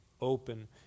open